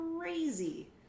crazy